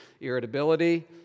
irritability